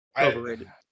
Overrated